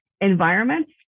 environments